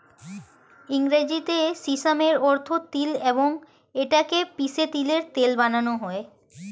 ইংরেজিতে সিসামের অর্থ তিল এবং এটা কে পিষে তিলের তেল বানানো হয়